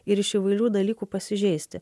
ir iš įvairių dalykų pasižeisti